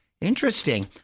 Interesting